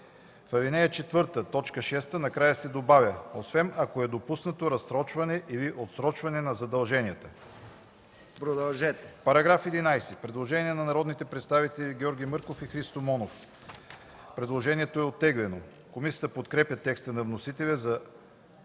В ал. 4, т. 6 накрая се добавя „освен ако е допуснато разсрочване или отсрочване на задълженията”.” По § 11 има предложение на народните представители Георги Мърков и Христо Монов. Предложението е оттеглено. Комисията подкрепя текста на вносителя за